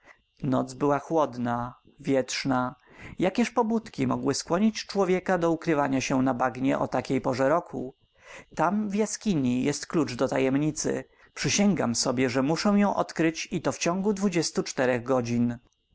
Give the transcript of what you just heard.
noc była chłodna wietrzna jakież pobudki mogły skłonić człowieka do ukrywania się na bagnie o takiej porze roku tam w tej jaskini jest klucz do tajemnicy przysięgam sobie że muszę ją odkryć i to w ciągu dwudziestu czterech godzin